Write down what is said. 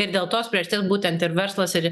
ir dėl tos priežasties būtent ir verslas ir